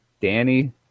Danny